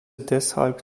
deshalb